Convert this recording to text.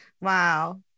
Wow